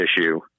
issue